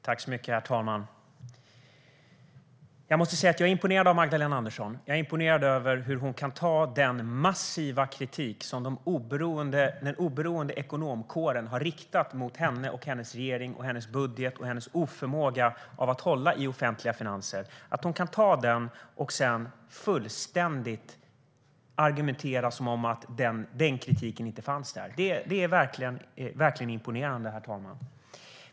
Herr talman! Jag måste säga att jag är imponerad av Magdalena Andersson. Jag är imponerad av hur hon kan ta den massiva kritik som den oberoende ekonomkåren har riktat mot henne, hennes regering, hennes budget och hennes oförmåga att hålla i offentliga finanser. Jag är imponerad av att hon kan ta kritiken och sedan argumentera som om den över huvud taget inte fanns där. Det är verkligen imponerande, herr talman.